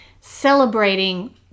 celebrating